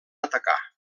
atacar